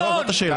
זאת השאלה.